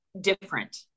different